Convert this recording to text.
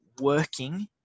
working